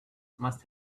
must